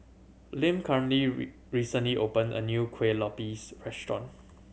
Lim recently opened a new Kuih Lopes restaurant